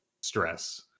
stress